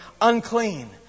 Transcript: unclean